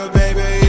baby